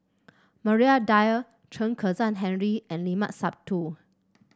Maria Dyer Chen Kezhan Henri and Limat Sabtu